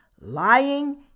lying